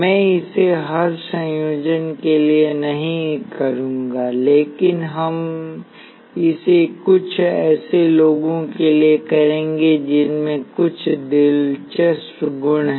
मैं इसे हर संयोजन के लिए नहीं करूंगा लेकिन हम इसे कुछ ऐसे लोगों के लिए करेंगे जिनमें कुछ दिलचस्प गुण हैं